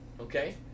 okay